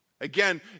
Again